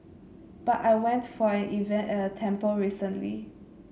but I went for an event at a temple recently